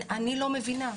אני לא מבינה.